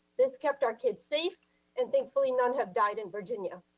this kept our kids safe and thankfully none have died in virginia.